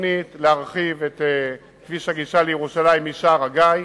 התוכנית להרחיב את כביש הגישה לירושלים משער-הגיא,